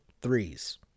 threes